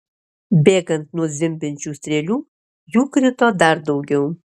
bėgant nuo zvimbiančių strėlių jų krito dar daugiau